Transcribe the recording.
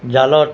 জালত